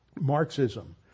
Marxism